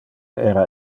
era